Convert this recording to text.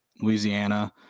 Louisiana